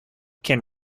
can